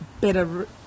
better